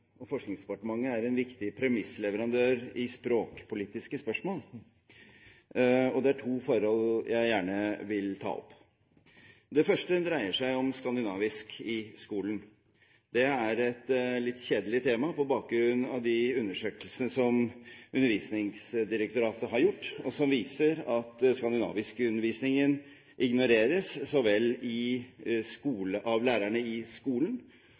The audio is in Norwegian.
og forskningsdepartementet er en viktig premissleverandør i språkpolitiske spørsmål, og det er to forhold jeg gjerne vil ta opp. Det første dreier seg om skandinavisk i skolen. Det er et litt kjedelig tema på bakgrunn av de undersøkelsene som Undervisningsdirektorat har gjort, og som viser at undervisningen i skandinavisk ignoreres så vel av lærerne i skolen